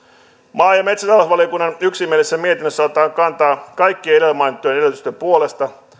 maa ja metsätalousvaliokunnan yksimielisessä mietinnössä otetaan kantaa kaikkien edellä mainittujen edellytysten puolesta